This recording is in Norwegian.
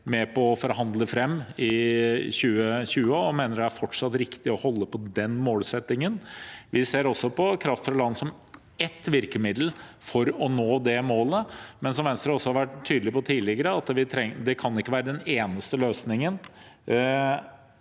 med på å forhandle fram i 2020, og vi mener fortsatt det er riktig å holde på den målsettingen. Vi ser også på kraft fra land som et virkemiddel for å nå det målet, men som Venstre har vært tydelig på tidligere, kan ikke det være den eneste løsningen.